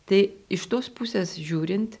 tai iš tos pusės žiūrint